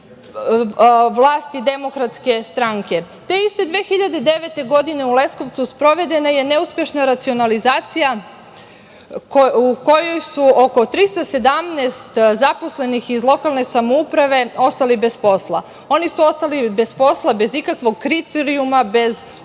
vlasti DS. Te iste 2009. godine u Leskovcu sprovedena je neuspešna racionalizacija u kojoj su oko 317 zaposlenih iz lokalne samouprave ostali bez posla. Oni su ostali bez posla bez ikakvog kriterijuma, bez